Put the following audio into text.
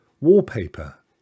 wallpaper